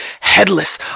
headless